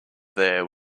there